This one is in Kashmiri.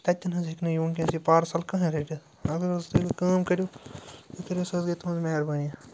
تتہٕ تہِ نہٕ حظ ہیٚکہِ نہٕ یہِ وٕنۍکٮ۪نَس یہِ پارسَل کٕہۭنۍ رِٔٹِتھ اگر حظ تیٚلہِ کٲم کٔرِو یہِ کٔرِو سُہ حظ گٔے تُہٕنٛز مہربٲنی